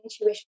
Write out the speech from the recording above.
intuition